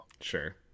sure